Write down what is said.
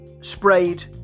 sprayed